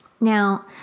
Now